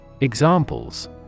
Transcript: Examples